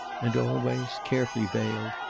and always, carefully veiled,